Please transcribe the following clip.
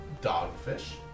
dogfish